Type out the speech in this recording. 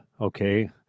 okay